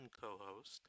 co-host